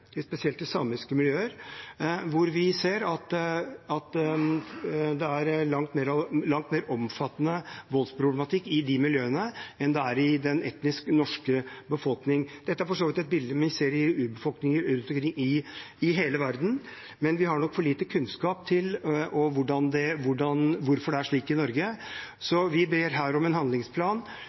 i urbefolkningsmiljøer, spesielt i samiske miljøer. Vi ser at det er en langt mer omfattende voldsproblematikk i de miljøene enn det er i den etnisk norske befolkningen. Dette er for så vidt et bilde vi ser i urbefolkninger rundt omkring i hele verden, men vi har for lite kunnskap om hvorfor det er slik i Norge. Vi ber her om en handlingsplan